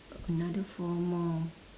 another four more